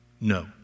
No